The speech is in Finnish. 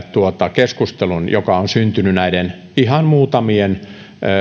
keskustelun joka on syntynyt näiden ihan muutamien